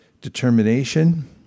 determination